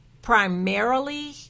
primarily